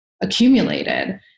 accumulated